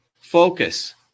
Focus